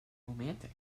romantic